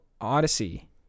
Odyssey